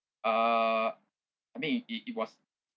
uh I mean it it was